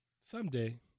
Someday